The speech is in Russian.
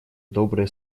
добрые